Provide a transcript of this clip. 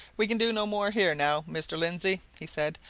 we can do no more here, now, mr. lindsey, he said,